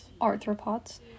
Arthropods